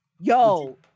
Yo